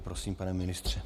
Prosím, pane ministře.